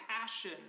passion